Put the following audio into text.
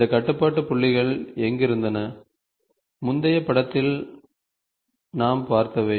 இந்த கட்டுப்பாட்டு புள்ளிகள் எங்கிருந்தன முந்தைய படத்தில் நாம் பார்த்தவை